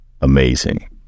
amazing